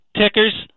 tickers